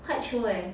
quite chio leh